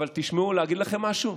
אבל להגיד לכם משהו?